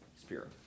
Spirit